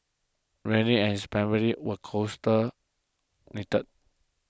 Randy and his family were knitted